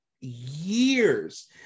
years